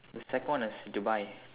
the second one is Dubai